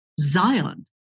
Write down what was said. Zion